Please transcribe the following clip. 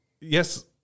yes